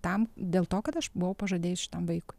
tam dėl to kad aš buvau pažadėjus šitam vaikui